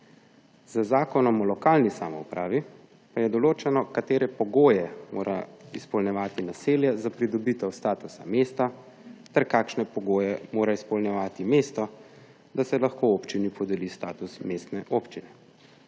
Z Zakonom o lokalni samoupravi pa je določeno, katere pogoje mora izpolnjevati naselje za pridobitev statusa mesta ter kakšne pogoje mora izpolnjevati mesto, da se lahko občini podeli status mestne občine.